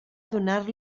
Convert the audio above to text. donar